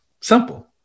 simple